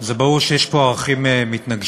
זה ברור שיש פה ערכים מתנגשים.